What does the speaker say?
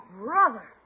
brother